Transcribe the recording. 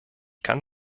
kann